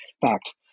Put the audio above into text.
fact